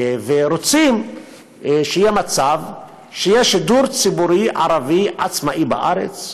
ורוצים שיהיה מצב שיהיה שידור ציבורי ערבי עצמאי בארץ,